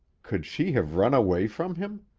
could she have run away from him?